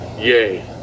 Yay